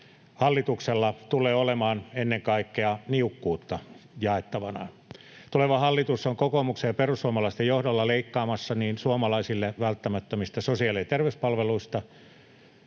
hallituksella tulee olemaan ennen kaikkea niukkuutta jaettavanaan. Tuleva hallitus on kokoomuksen ja perussuomalaisten johdolla leikkaamassa niin suomalaisille välttämättömistä sosiaali- ja terveyspalveluista,